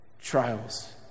trials